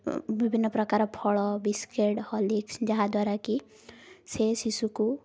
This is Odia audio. ବିଭିନ୍ନ ପ୍ରକାର ଫଳ ବିସ୍କୁଟ ହର୍ଲିକ୍ସ୍ ଯାହାଦ୍ୱାରା କି ସେ ଶିଶୁକୁ